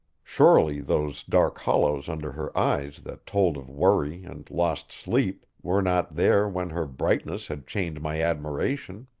surely those dark hollows under her eyes that told of worry and lost sleep were not there when her brightness had chained my admiration.